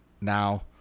Now